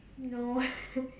no